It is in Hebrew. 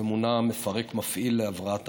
ומונה מפרק מפעיל להבראת העמותות.